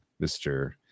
Mr